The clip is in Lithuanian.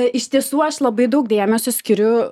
iš tiesų aš labai daug dėmesio skiriu